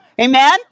Amen